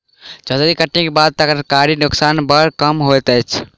जजाति कटनीक बाद तरकारीक नोकसान बड़ कम होइत अछि